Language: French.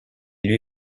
lui